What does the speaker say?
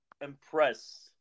impressed